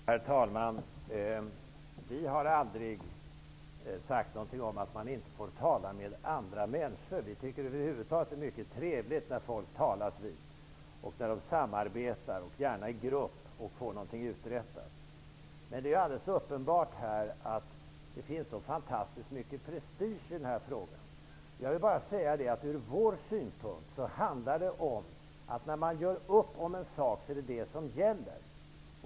Herr talman! Vi har aldrig sagt att man inte får tala med andra människor. Över huvud taget tycker vi att det är mycket trevligt när folk talas vid och när de samarbetar, gärna i grupp, och får någonting uträttat. Det är alldeles uppenbart här att det finns så fantastiskt mycket prestige i denna fråga. Från vår synpunkt handlar det om att när man gör upp om en sak är det vad som gäller.